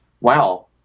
wow